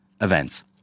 events